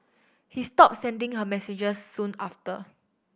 he stopped sending her messages soon after